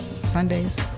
Sundays